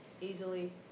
easily